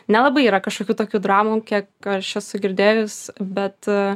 nelabai yra kažkokių tokių dramų kiek aš esu girdėjus bet